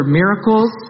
miracles